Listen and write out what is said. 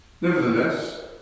Nevertheless